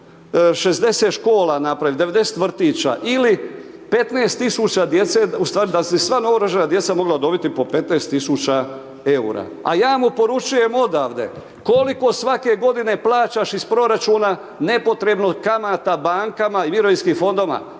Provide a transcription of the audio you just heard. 60 škola napraviti, 90 vrtića ili 15 000 djece, ustvari da su sva novorođena djeca mogla dobiti po 15.000,00 EUR-a, a ja mu poručujem odavde koliko svake godine plaćaš iz proračuna nepotrebno kamata bankama i Mirovinskim fondovima?